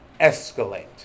escalate